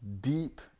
deep